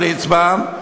הרב ליצמן,